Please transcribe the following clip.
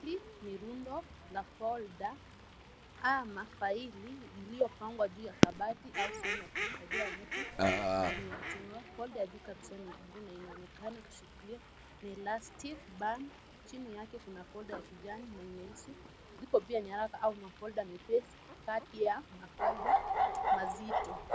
Hili ni rundo la folda ama faili, iliyopangwa juu ya kabati au sehemu ya kuhifadhia vitu ndani ya chumba. Folda ya juu kabisa ni ya bluu na inaonekana kushikilia elastic band . Chini yake kuna folda ya kijani na nyeusi. Zipo pia nyaraka au mafolda mepesi kati ya mafolda mazito.